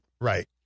Right